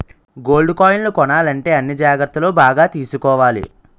gold కాయిన్లు కొనాలంటే అన్ని జాగ్రత్తలు బాగా తీసుకోవాలి